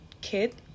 kid